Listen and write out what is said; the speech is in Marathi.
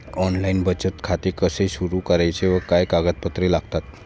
ऑनलाइन बचत खाते कसे सुरू करायचे व काय कागदपत्रे लागतात?